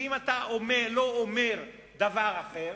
כי אם אתה לא אומר דבר אחר,